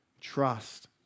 trust